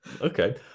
Okay